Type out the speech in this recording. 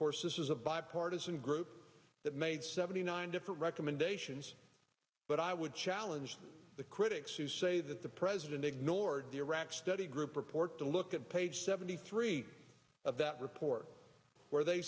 course this is a via partisan group that made seventy nine different recommendations but i would challenge the critics who say that the president ignored the iraq study group report to look at page seventy three of that report where they